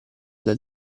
dal